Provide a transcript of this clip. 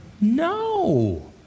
No